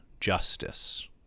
justice